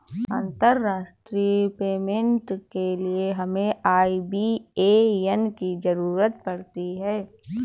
अंतर्राष्ट्रीय पेमेंट के लिए हमें आई.बी.ए.एन की ज़रूरत पड़ती है